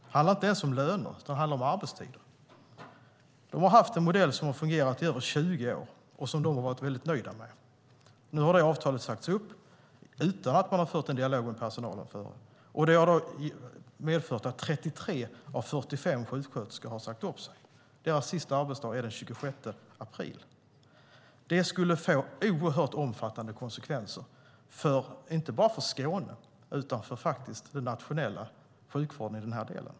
Det handlar inte ens om löner, utan det handlar om arbetstider. De har haft en modell som har fungerat i över 20 år och som de har varit nöjda med. Nu har avtalet sagts upp utan att man har fört en dialog med personalen. Det har medfört att 33 av 45 sjuksköterskor har sagt upp sig. Deras sista arbetsdag är den 26 april. Det skulle få oerhört omfattande konsekvenser inte bara för Skåne utan också för den nationella sjukvården i denna del.